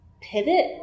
pivot